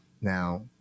Now